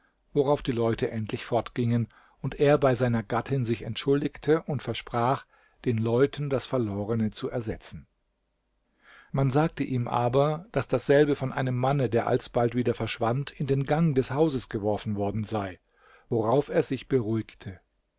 worauf die leute endlich fortgingen und er bei seiner gattin sich entschuldigte und versprach den leuten das verlorene zu ersetzen man sagte ihm aber daß dasselbe von einem manne der alsbald wieder verschwand in den gang des hauses geworfen worden sei worauf er sich beruhigte